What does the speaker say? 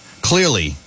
clearly